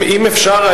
אם אפשר,